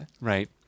Right